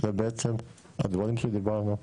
זה בעצם הדברים שדיברנו עכשיו,